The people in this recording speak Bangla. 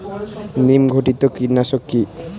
নিম ঘটিত কীটনাশক কি?